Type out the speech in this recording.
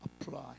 apply